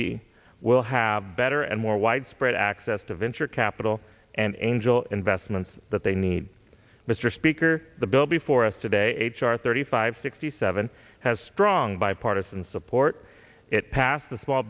be will have better and more widespread access to venture capital and angel investments that they need mr speaker the bill before us today h r thirty five sixty seven has strong bipartisan support it passed the small